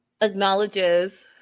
acknowledges